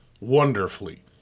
wonderfully